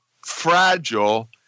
fragile